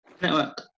Network